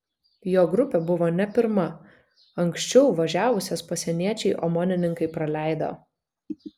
jo grupė buvo ne pirma anksčiau važiavusias pasieniečiai omonininkai praleido